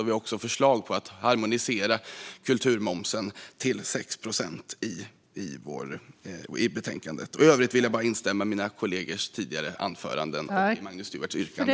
Vi har därför ett förslag i betänkandet om att harmonisera kulturmomsen till 6 procent. I övrigt instämmer jag i mina kollegors tidigare anföranden och i Magnus Stuarts yrkande.